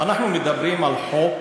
אנחנו מדברים על חוק